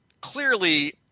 clearly